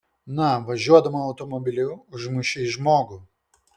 na važiuodama automobiliu užmušei žmogų